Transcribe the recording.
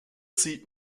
sieht